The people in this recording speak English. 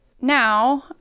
now